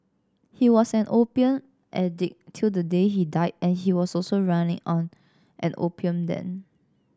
he was an opium addict till the day he died and he was also running on an opium den